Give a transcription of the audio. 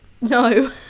No